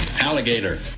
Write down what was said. Alligator